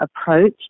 approach